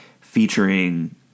featuring